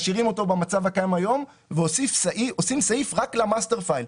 משאירים אותו במצב הקיים היום ועושים סעיף רק ל-master file.